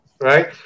right